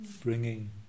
bringing